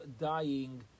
dying